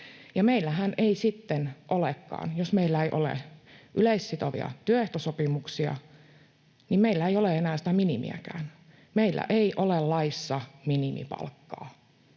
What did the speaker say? meillä ei ole yleissitovia työehtosopimuksia, niin meillä ei ole enää sitä minimiäkään. Meillä ei ole laissa minimipalkkaa.